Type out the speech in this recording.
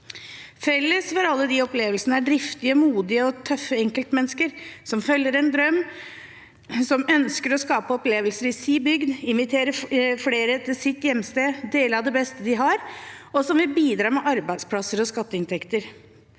Felles for alle disse opplevelsene er driftige, modige og tøffe enkeltmennesker som følger en drøm, som ønsker å skape opplevelser i sin bygd, invitere flere til sitt hjemsted, dele av det beste de har, og som vil bidra med arbeidsplasser og skatteinntekter.